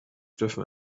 dürfen